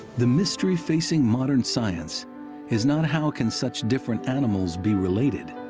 the mystery facing modern science is not, how can such different animals be related?